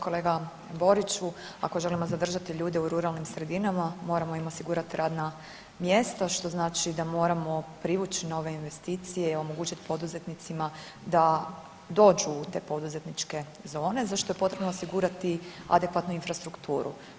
Kolega Boriću, ako želimo zadržati ljude u ruralnim sredinama moramo im osigurat radna mjesta, što znači da moramo privuć nove investicije i omogućit poduzetnicima da dođu u te poduzetničke zone za što je potrebno osigurati adekvatnu infrastrukturu.